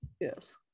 Yes